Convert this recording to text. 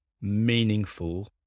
meaningful